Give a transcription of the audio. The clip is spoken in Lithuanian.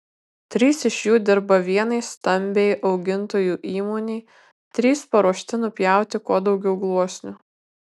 trys iš jų dirba vienai stambiai augintojų įmonei trys paruošti nupjauti kuo daugiau gluosnių